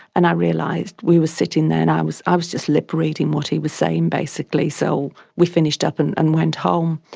and i realised, we were sitting there and i was i was just lip-reading what he was saying basically. so we finished up and and went home.